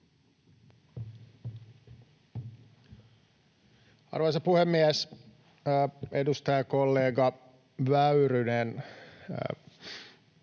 Arvoisa puhemies! Edustajakollega Väyrynen